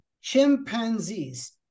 Chimpanzees